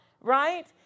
right